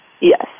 Yes